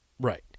right